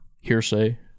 hearsay